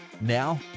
now